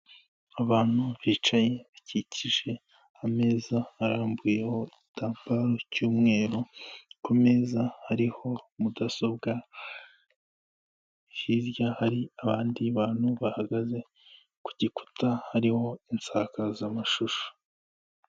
Abantu bicaye bakikije ameza arambuyeho igitambaro cy'umweru kumeza hariho mudasobwa hirya hari abandi bantu bahagaze ku gikuta hariho insakazamashusho.